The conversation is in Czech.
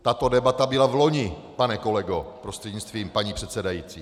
Tato debata byla vloni, pane kolego prostřednictvím paní předsedající.